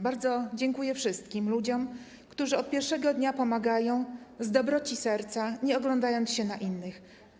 Bardzo dziękuję wszystkim ludziom, którzy od pierwszego dnia pomagają z dobroci serca, nie oglądając się na innych.